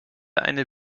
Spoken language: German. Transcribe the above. eine